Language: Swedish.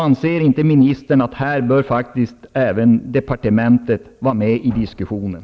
Anser inte ministern att även departementet bör vara med i diskussionen?